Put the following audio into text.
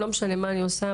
לא משנה מה אני עושה,